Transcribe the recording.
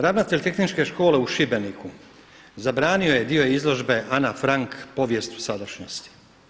Ravnatelj Tehničke škole u Šibeniku zabranio je dio izložbe Ana Frank – Povijest u sadašnjosti.